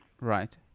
right